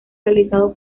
realizado